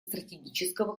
стратегического